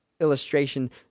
illustration